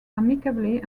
amicably